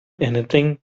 anything